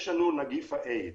יש לנו את נגיף האיידס.